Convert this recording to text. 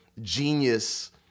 Genius